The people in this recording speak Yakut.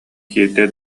киирдэ